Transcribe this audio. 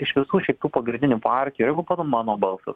iš visų šitų pagrindinių partijų jeigu pagal mano balsas